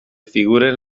figuren